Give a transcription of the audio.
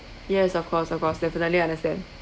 yes of course of course definitely understand